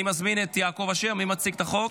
אני מזמין את יעקב אשר, מי מציג את החוק?